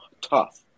tough